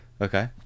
Okay